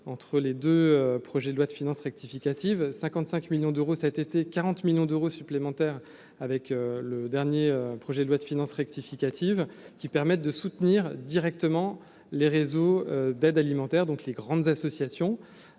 entre les 2 projets de loi de finances rectificative 55 millions d'euros cet été 40 millions d'euros supplémentaires avec le dernier projet de loi de finances rectificative qui permettent de soutenir directement les réseaux d'aide alimentaire, donc les grandes associations